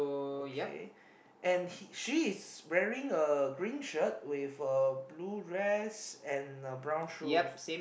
okay and he she's wearing a green shirt with a blue dress and uh brown shoes